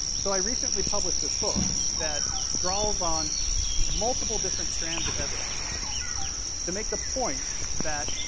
so i recently published this book that draws on multiple different strands of evidence to make the point that,